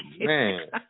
man